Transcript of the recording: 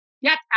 Yes